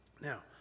Now